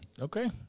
Okay